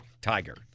Tiger